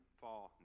fall